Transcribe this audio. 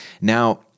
Now